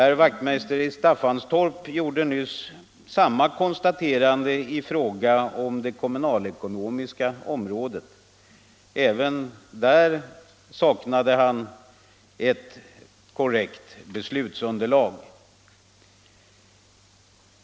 Herr Wachtmeister i Staffanstorp gjorde nyss samma konstaterande i fråga om det kommunalekonomiska området. Även där saknade han ett korrekt beslutsunderlag.